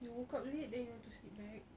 you woke up late then you want to sleep back